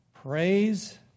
Praise